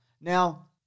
Now